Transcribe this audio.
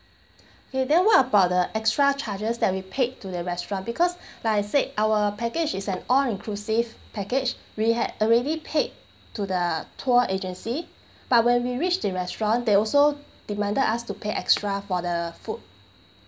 okay then what about the extra charges that we paid to the restaurant because like I said our package is an all inclusive package we had already paid to the tour agency but when we reach the restaurant they also demanded us to pay extra for the food